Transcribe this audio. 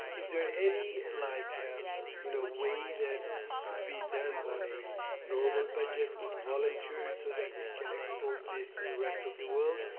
is there any like you know way that it could be done on a normal budget with volunteers so that we can expose this to the rest of the world?